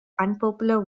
unpopular